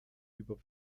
über